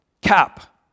cap